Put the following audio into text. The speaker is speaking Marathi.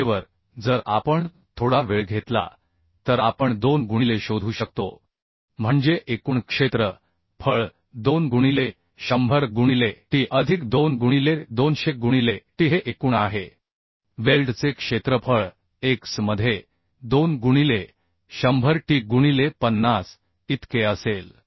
रेषेवर जर आपण थोडा वेळ घेतला तर आपण 2 गुणिले शोधू शकतो म्हणजे एकूण क्षेत्र फळ 2 गुणिले 100 गुणिले t अधिक 2 गुणिले 200 गुणिले t हे एकूण आहे वेल्डचे क्षेत्रफळ x मध्ये 2 गुणिले 100t गुणिले 50 इतके असेल